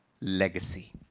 legacy